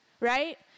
right